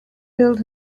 filled